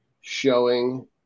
showing